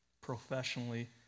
professionally